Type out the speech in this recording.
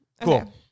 cool